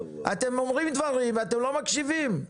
אתם אומרים דברים ואתם לא מקשיבים.